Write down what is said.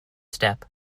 step